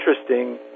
interesting